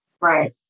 Right